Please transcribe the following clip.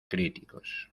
críticos